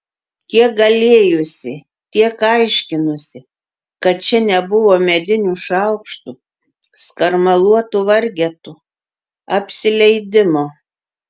kiek galėjusi tiek aiškinusi kad čia nebuvo medinių šaukštų skarmaluotų vargetų apsileidimo